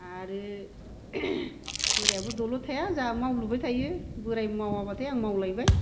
आरो बोरायाबो दलर थाया जाहा मावलुबाय थायो बोराय मावाबाथाय आं मावलायबाय